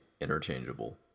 interchangeable